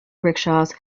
rickshaws